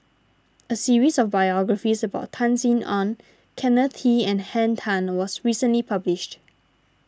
a series of biographies about Tan Sin Aun Kenneth Kee and Henn Tan was recently published